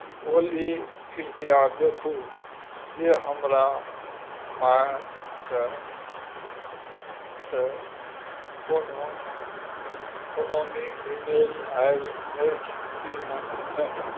ओली कृपया देखू जे हमरा मायसँ सँ कोनो कोनोमे ईमेल आयल अछि कि न् नहि